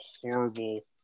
horrible